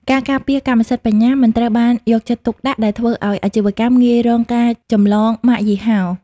ការការពារកម្មសិទ្ធិបញ្ញា មិនត្រូវបានយកចិត្តទុកដាក់ ដែលធ្វើឱ្យអាជីវកម្មងាយរងការចម្លងម៉ាកយីហោ។